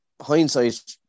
hindsight